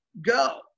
go